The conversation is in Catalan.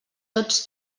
tots